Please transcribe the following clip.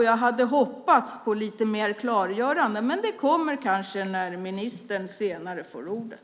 Jag hade hoppats på lite mer klargörande. Men det kommer kanske när ministern senare får ordet.